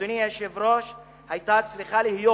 אדוני היושב-ראש, היתה צריכה להיות,